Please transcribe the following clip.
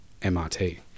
MRT